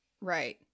Right